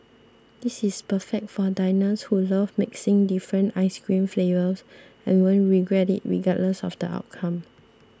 this is perfect for diners who love mixing different ice cream flavours and won't regret it regardless of the outcome